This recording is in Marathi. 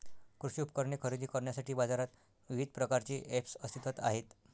कृषी उपकरणे खरेदी करण्यासाठी बाजारात विविध प्रकारचे ऐप्स अस्तित्त्वात आहेत